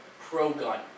pro-gun